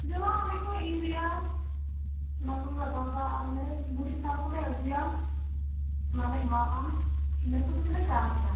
ᱡᱚᱨᱟ ᱟᱞᱮ ᱠᱚ ᱤᱭᱩᱨᱤᱭᱟ ᱚᱱᱟ ᱠᱚᱞᱮ ᱞᱟᱜᱟᱣᱮᱫᱟ ᱟᱨ ᱚᱱᱮ ᱜᱩᱨᱤᱡ ᱥᱟᱨ ᱠᱚᱞᱮ ᱟᱹᱜᱩᱭᱟ ᱚᱱᱟᱞᱮ ᱮᱢᱟᱣᱟᱜᱼᱟ ᱤᱱᱟᱹ ᱠᱚ ᱛᱮᱜᱮ ᱞᱮ ᱪᱟᱥᱮᱫᱟ